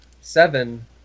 seven